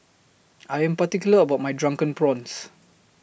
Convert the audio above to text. I Am particular about My Drunken Prawns